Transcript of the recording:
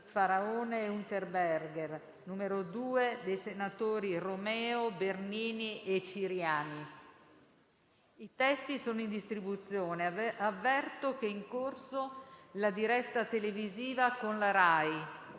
Faraone e Unterberger, e n. 2, dai senatori Romeo, Bernini e Ciriani. I testi sono in distribuzione. Avverto che è in corso la diretta televisiva con la Rai.